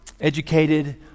educated